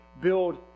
build